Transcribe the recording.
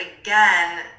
again